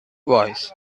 voice